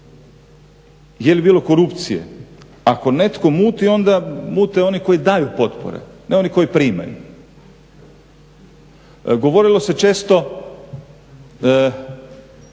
je li bilo korupcije. Ako netko muti onda mute oni koji daju potpore, ne oni koji primaju. Govorilo se često